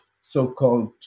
so-called